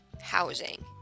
housing